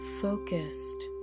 focused